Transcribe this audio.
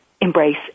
embrace